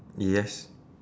yes